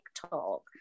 TikTok